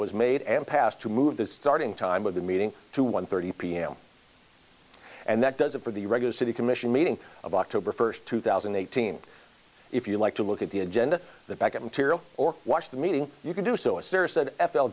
was made and passed to move the starting time of the meeting to one thirty pm and that does it for the regular city commission meeting of october first two thousand and eighteen if you like to look at the agenda the back of material or watch the meeting you can do so a serious said f l